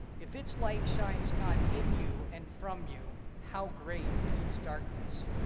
if it's light shines not in you and from you how great is it's darkness.